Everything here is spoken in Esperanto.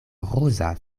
ruza